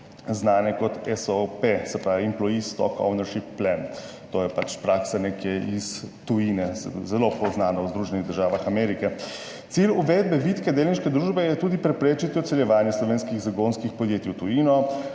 znano kot ESOP, se pravi Employee Stock Ownership Plan. To je pač praksa iz tujine, zelo poznana v Združenih državah Amerike. Cilj uvedbe vitke delniške družbe je tudi preprečiti odseljevanje slovenskih zagonskih podjetij v tujino,